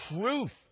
truth